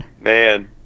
Man